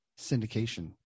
syndication